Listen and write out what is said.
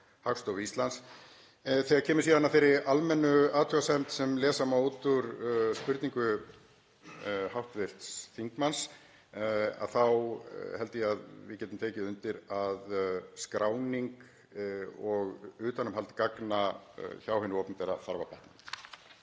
Þegar kemur síðan að þeirri almennu athugasemd sem lesa má út úr spurningu hv. þingmanns þá held ég að við getum tekið undir að skráning og utanumhald gagna hjá hinu opinbera þarf að batna.